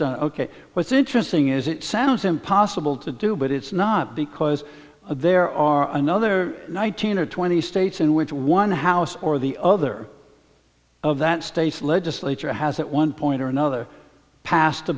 done ok what's interesting is it sounds impossible to do but it's not because there are another nineteen or twenty states in which one house or the other of that state's legislature has that one point or another passed a